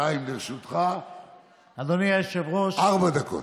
חיים, לרשותך ארבע דקות.